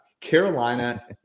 Carolina